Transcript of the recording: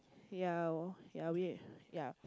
yeah yeah yeah